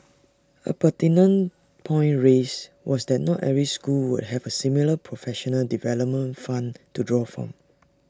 A pertinent point raised was that not every school would have A similar professional development fund to draw from